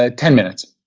ah ten minutes.